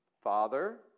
Father